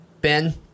Ben